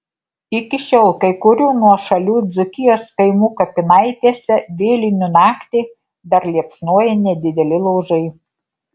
iki šiol kai kurių nuošalių dzūkijos kaimų kapinaitėse vėlinių naktį dar liepsnoja nedideli laužai